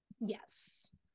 Yes